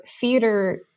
theater